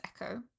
echo